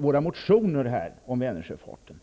våra motioner om Vänersjöfarten.